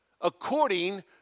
according